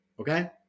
okay